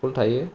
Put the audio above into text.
school थायो